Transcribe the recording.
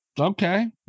Okay